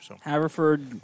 Haverford